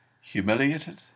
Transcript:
humiliated